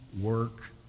work